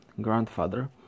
grandfather